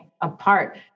apart